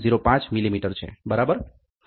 05 millimetre છે બરાબર